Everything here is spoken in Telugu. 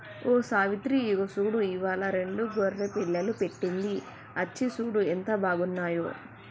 ఓ సావిత్రి ఇగో చూడు ఇవ్వాలా రెండు గొర్రె పిల్లలు పెట్టింది అచ్చి సూడు ఎంత బాగున్నాయో